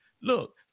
look